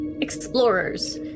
explorers